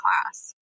class